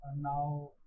Now